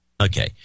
Okay